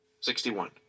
sixty-one